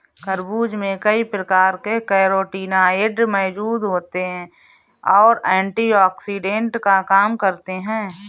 खरबूज में कई प्रकार के कैरोटीनॉयड मौजूद होते और एंटीऑक्सिडेंट का काम करते हैं